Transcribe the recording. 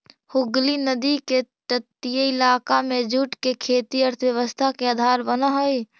हुगली नदी के तटीय इलाका में जूट के खेती अर्थव्यवस्था के आधार बनऽ हई